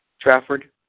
Trafford